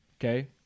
Okay